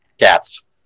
Cats